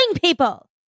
people